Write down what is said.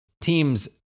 teams